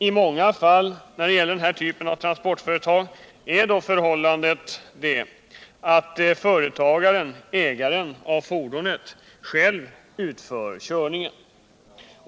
I många fall när det gäller denna typ av transportföretag är det dock företagaren — ägaren av fordonet — som själv utför körningen.